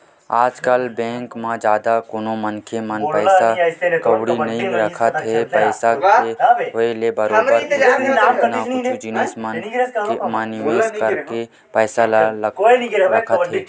आजकल बेंक म जादा कोनो मनखे मन पइसा कउड़ी नइ रखत हे पइसा के होय ले बरोबर कुछु न कुछु जिनिस मन म निवेस करके पइसा ल रखत हे